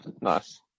nice